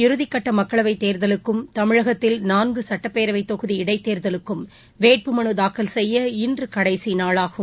இறுதிகட்டமக்களவைத் ஏழாவதமற்றும் தேர்தவுக்கும் தமிழகத்தில் நான்குசட்டப்பேரவைதொகுதி இடைத்தேர்தலுக்கும் வேட்புமனுதாக்கல் செய்ய இன்றுகடைசிநாளாகும்